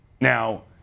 Now